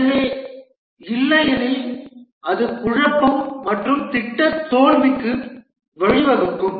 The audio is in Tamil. எனவே இல்லையெனில் அது குழப்பம் மற்றும் திட்ட தோல்விக்கு வழிவகுக்கும்